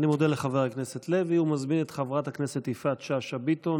אני מודה לחבר הכנסת לוי ומזמין את חברת הכנסת יפעת שאשא ביטון